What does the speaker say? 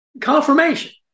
confirmation